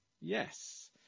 Yes